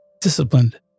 disciplined